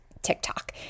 TikTok